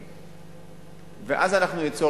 זה מה שייקרא